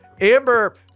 Amber